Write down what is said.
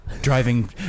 Driving